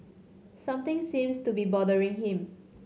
something seems to be bothering him